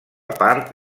part